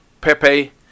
Pepe